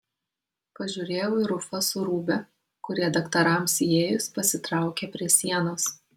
pažiūrėjau į rufą su rūbe kurie daktarams įėjus pasitraukė prie sienos